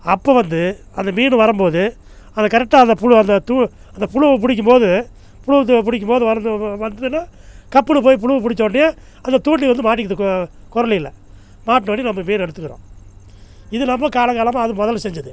அப்போ வந்து அந்த மீன் வரும்போது அந்த கரெக்டாக அந்த புழு அந்த தூ அந்த புழுவை பிடிக்கிம்போது புழு பிடிக்கிம்போது வருது வந்துதுன்னால் கப்புன்னு போய் புழு புடிச்சோட்னையே அந்த தூண்டில் வந்து மாட்டிக்கிது கொ கொரலையில் மாட்டினோனே நம்ம மீனை எடுத்துக்கிறோம் இது நம்ம காலம் காலமாக அது முதல் செஞ்சது